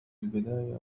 البداية